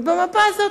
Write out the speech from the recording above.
ובמפה הזאת,